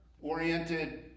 oriented